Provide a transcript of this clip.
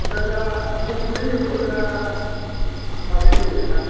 ओमफ्राय दा मोसौजों एवो ना माजों एवो नोंहा